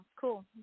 cool